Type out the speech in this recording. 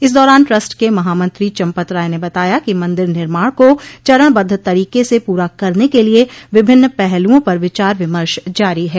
इस दौरान ट्रस्ट के महामंत्री चम्पत राय ने बताया कि मंदिर निर्माण को चरणबद्व तरीके से पूरा करने के लिये विभिन्न पहलूओं पर विचार विमर्श जारी है